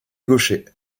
gaucher